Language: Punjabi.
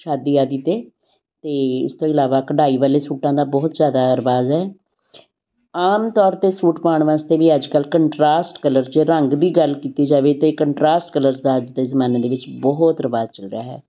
ਸ਼ਾਦੀ ਆਦਿ 'ਤੇ ਅਤੇ ਇਸ ਤੋਂ ਇਲਾਵਾ ਕਢਾਈ ਵਾਲੇ ਸੂਟਾਂ ਦਾ ਬਹੁਤ ਜ਼ਿਆਦਾ ਰਿਵਾਜ਼ ਹੈ ਆਮ ਤੌਰ 'ਤੇ ਸੂਟ ਪਾਉਣ ਵਾਸਤੇ ਵੀ ਅੱਜ ਕੱਲ੍ਹ ਕੰਟਰਾਸਟ ਕਲਰ 'ਚ ਰੰਗ ਦੀ ਗੱਲ ਕੀਤੀ ਜਾਵੇ ਤਾਂ ਕੰਟਰਾਸਟ ਕਲਰਜ ਦਾ ਅੱਜ ਦੇ ਜ਼ਮਾਨੇ ਦੇ ਵਿੱਚ ਬਹੁਤ ਰਿਵਾਜ਼ ਚੱਲ ਰਿਹਾ ਹੈ